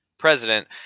President